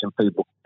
people